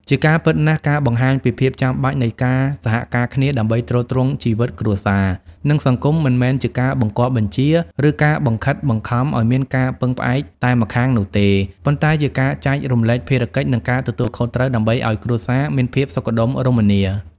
ជាការពិតណាស់ ការបង្កាញពីភាពចាំបាច់នៃការសហការគ្នាដើម្បីទ្រទ្រង់ជីវិតគ្រួសារ និងសង្គម មិនមែនជាការបង្គាប់បញ្ជា ឬការបង្ខិតបង្ខំឲ្យមានការពឹងផ្អែកតែម្ខាងនោះទេ ប៉ុន្តែជាការចែករំលែកភារកិច្ច និងការទទួលខុសត្រូវដើម្បីឲ្យគ្រួសារមានភាពសុខដុមរមនា។